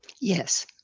Yes